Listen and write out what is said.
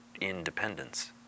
independence